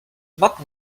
not